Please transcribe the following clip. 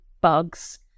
bugs